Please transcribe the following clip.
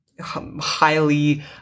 highly